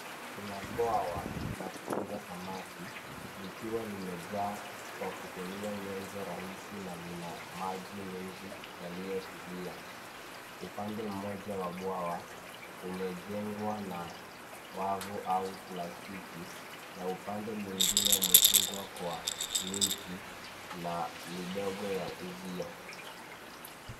Kuna bwawa la kufuga samaki likiwa limejaa kwa kutumia nyenzo rahisi na lina maji mengi yaliyotulia. Upande mmoja wa bwawa umejengwa na wavu au plastiki na upande mwingine umefungwa kwa miti na midogo ya uzio.